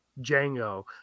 Django